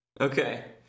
okay